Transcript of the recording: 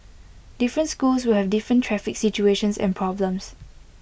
different schools will have different traffic situations and problems